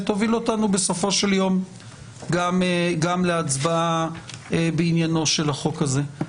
שתוביל אותנו בסופו של יום גם להצבעה בעניינו של החוק הזה.